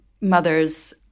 mothers